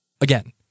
Again